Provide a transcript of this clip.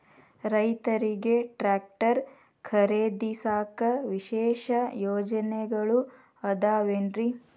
ರೈತರಿಗೆ ಟ್ರ್ಯಾಕ್ಟರ್ ಖರೇದಿಸಾಕ ವಿಶೇಷ ಯೋಜನೆಗಳು ಅದಾವೇನ್ರಿ?